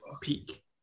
peak